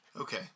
okay